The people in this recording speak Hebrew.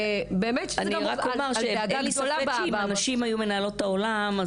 אין לי ספק שאם נשים היו מנהלות את העולם,